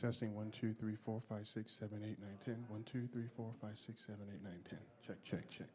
testing one two three four five six seven eight nine two one two three four five six seven eight nine ten check check check